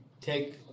take